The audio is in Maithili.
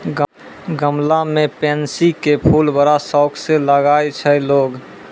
गमला मॅ पैन्सी के फूल बड़ा शौक स लगाय छै लोगॅ